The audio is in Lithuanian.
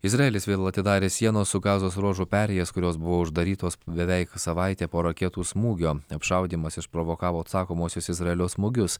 izraelis vėl atidarė sienos su gazos ruožu perėjas kurios buvo uždarytos beveik savaitę po raketų smūgio apšaudymas išprovokavo atsakomuosius izraelio smūgius